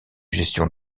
gestion